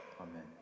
amen